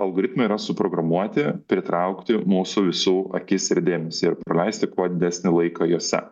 algoritmai yra suprogramuoti pritraukti mūsų visų akis ir dėmesį ir praleisti kuo didesnį laiką juose